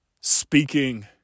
speaking